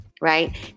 right